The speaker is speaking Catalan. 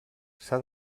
s’ha